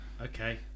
Okay